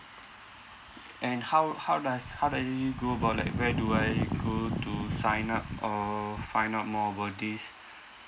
and how how does how does it it go about like where do I go to sign up uh find out more about this